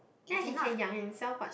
ya he can 养 himself what